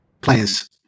players